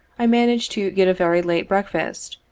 i managed to get a very late breakfast,